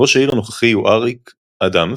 ראש העיר הנוכחי הוא אריק אדמס.